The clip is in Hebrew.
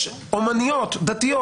יש אמניות דתיות,